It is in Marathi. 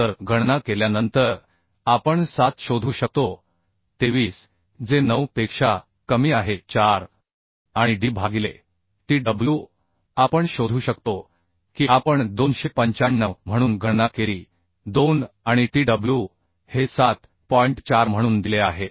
तर गणना केल्यानंतर आपण 7 शोधू शकतो 23 जे 9 पेक्षा कमी आहे 4 आणि d भागिले tw आपण शोधू शकतो की आपण 295 म्हणून गणना केली 2 आणि tw हे 7 म्हणून दिले आहेत